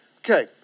Okay